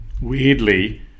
weirdly